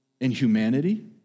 Inhumanity